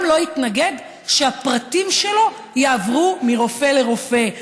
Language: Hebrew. לא התנגד שהפרטים שלו יעברו מרופא לרופא,